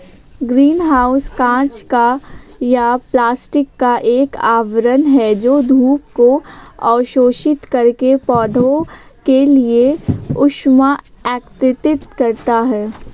green house कांच या plastic का एक आवरण है जो धूप को अवशोषित करके पौधों के लिए ऊष्मा एकत्रित करता है